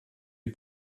die